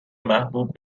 محبوب